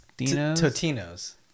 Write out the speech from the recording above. Totino's